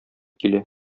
килә